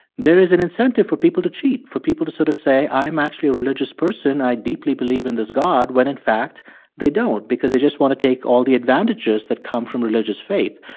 there is an incentive for people to cheat for people to sort of say, i'm actually a religious person, i deeply believe in this god, when in fact they don't because they just want to take all the advantages that come from religious faith.